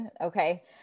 okay